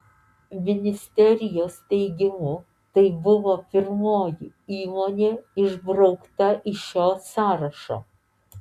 ministerijos teigimu tai buvo pirmoji įmonė išbraukta iš šio sąrašo